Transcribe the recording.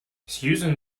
susan